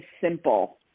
simple